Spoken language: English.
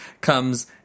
comes